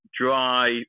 dry